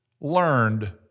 learned